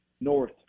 north